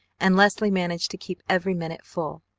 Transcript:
and leslie managed to keep every minute full.